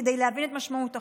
כדי להבין את משמעות החוק.